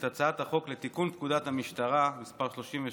את הצעת חוק לתיקון פקודת המשטרה (מס' 37),